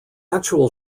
actual